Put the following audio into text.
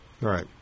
Right